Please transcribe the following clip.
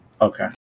Okay